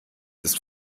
ist